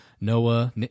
Noah